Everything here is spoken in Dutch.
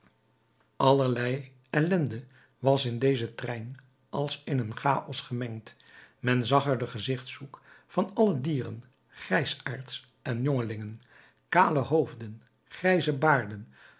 allerlei ellende was in dezen trein als in een chaos gemengd men zag er den gezichtshoek van alle dieren grijsaards en jongelingen kale hoofden grijze baarden